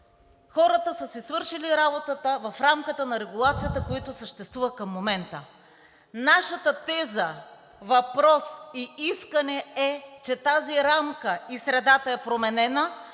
хората са си свършили работата в рамката на регулацията, която съществува към момента. Нашата теза, въпрос и искане е, че тази рамка – и средата е променена,